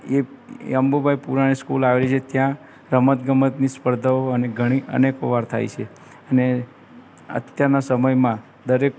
એ Ambubhai Purani school આવી છે ત્યાં રમત ગમતની સ્પર્ધાઓ અને ઘણી અનેકો વાર થાય છે અને અત્યારના સમયમાં દરેક